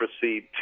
proceed